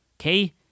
okay